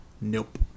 nope